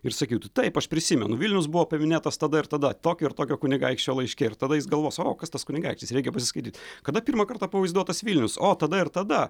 ir sakytų taip aš prisimenu vilnius buvo paminėtas tada ir tada tokio ir tokio kunigaikščio laiške ir tada jis galvos o kas tas kunigaikštis reikia pasiskaityt kada pirmą kartą pavaizduotas vilnius o tada ir tada